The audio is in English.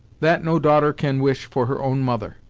that no daughter can wish for her own mother!